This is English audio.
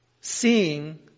Seeing